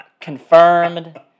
Confirmed